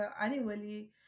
annually